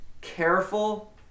careful